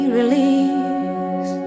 release